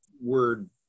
word